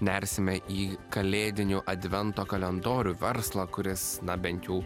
nersime į kalėdinių advento kalendorių verslą kuris na bent jau